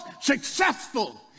successful